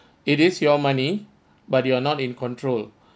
it is your money but you are not in control